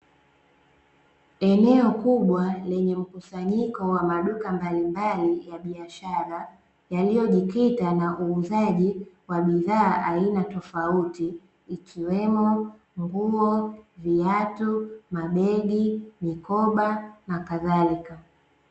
Eneo kubwa lenye mkusanyiko wa maduka mbalimbali ya biashara, yaliyo jikita na uuzaji wa bidhaa aina tofauti ikiwemo nguo, viatu, mabegi, mikoba na kadhalika.